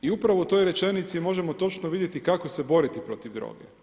I upravo u toj rečenici možemo točno vidjeti kako se boriti protiv droge.